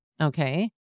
Okay